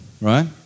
right